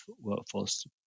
workforce